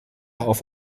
auf